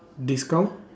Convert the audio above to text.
discount